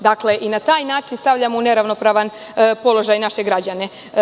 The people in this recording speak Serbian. Dakle, i na taj način stavljamo u neravnopravan položaj naše građane.